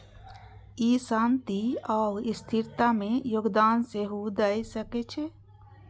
ई शांति आ स्थिरता मे योगदान सेहो दए सकै छै